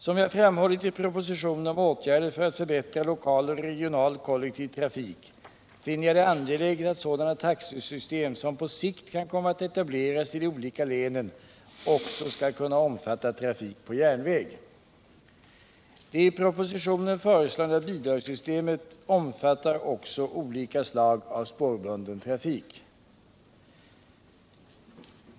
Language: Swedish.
Som jag framhållit i propositionen om åtgärder för att förbättra lokal och regional kollektiv trafik finner jag det angeläget att sådana taxesystem som på sikt kan komma att etableras i de olika länen också skall kunna omfatta trafik på järnväg. Det i propositionen föreslagna bidragssystemet omfattar också olika slag av spårbunden trafik.